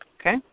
Okay